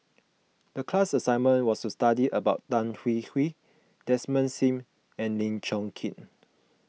the class assignment was to study about Tan Hwee Hwee Desmond Sim and Lim Chong Keat